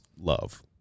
love